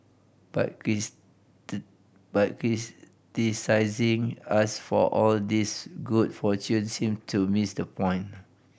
but but us for all this good fortune seem to miss the point